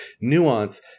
nuance